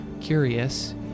curious